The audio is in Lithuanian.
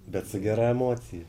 bet su gera emocija